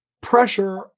pressure